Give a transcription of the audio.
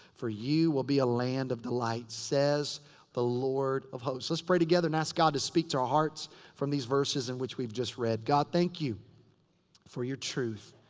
for you will be a land of delight, says the lord of hosts let's pray together and ask god to speak to our hearts from these verses in which we've just read. god, thank you for your truth.